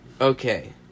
Okay